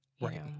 Right